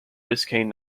biscayne